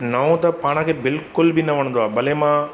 नओं त पाण खे बिल्कुल बि न वणंदो आहे भले मां